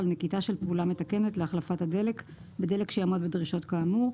על נקיטה של פעולה מתקנת להחלפת הדלק בדלק שיעמוד בדרישות אמור,